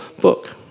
book